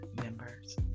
members